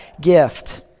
gift